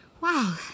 Wow